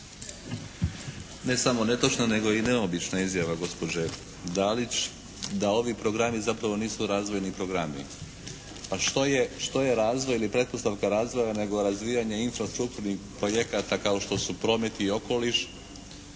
Ne samo netočna, nego i neobična izjava gospođe Dalić da ovi programi zapravo nisu razvojni programi. Pa što je razvoj ili pretpostavka razvoja nego razvijanjem infrastrukturnih projekata kao što su promet i okoliš,